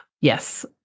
Yes